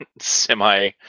semi